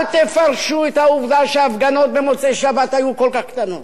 אל תפרשו את העובדה שההפגנות במוצאי-שבת היו כל כך קטנות.